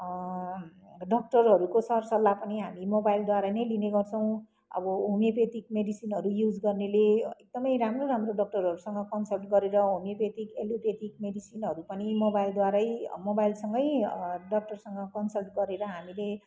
डक्टरहरूको सरसल्लाह पनि हामी मोबाइलद्वारा नै लिनेगर्छौँ अब होमियोपेथिक मेडिसिनहरू युज गर्नेले एकदमै राम्रो राम्रो डक्टरहरूसँग कन्सल्ट गरेर होमियोपेथिक एलोपेथिक मेडिसिनहरू पनि मोबाइलद्वारै मोबाइलसँगै डक्टरसँग कन्सल्ट गरेर हामीले